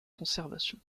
conservation